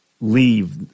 leave